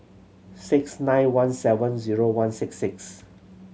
six nine one seven zero one six six